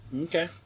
Okay